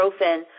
ibuprofen